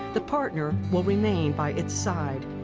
the partner will remain by its side,